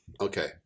Okay